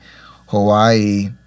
Hawaii